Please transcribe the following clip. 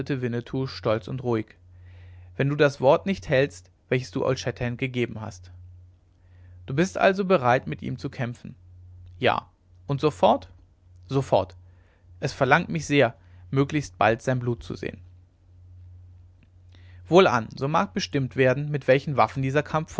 winnetou stolz und ruhig wenn du das wort nicht hältst welches du old shatterhand gegeben hast ich halte es du bist also bereit mit ihm zu kämpfen ja und sofort sofort es verlangt mich sehr möglichst bald sein blut zu sehen wohlan so mag bestimmt werden mit welchen waffen dieser kampf